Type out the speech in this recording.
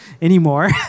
Anymore